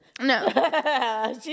No